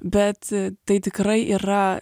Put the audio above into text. bet tai tikrai yra